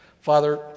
father